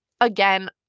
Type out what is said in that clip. again